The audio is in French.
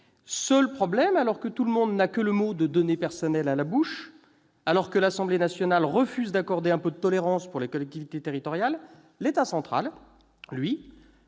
Seul problème, alors que tout le monde n'a que les termes « données personnelles » à la bouche, alors que l'Assemblée nationale refuse d'accorder un peu de tolérance aux collectivités territoriales, l'État central, lui,